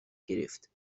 گرفت